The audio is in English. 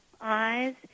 eyes